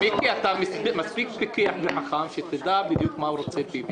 עבד אל חכים חאג' יחיא (רע"ם-בל"ד):